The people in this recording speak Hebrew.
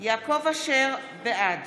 בעד